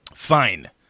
Fine